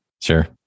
Sure